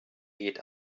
geht